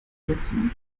dazu